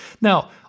Now